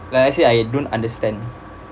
like I say I don't understand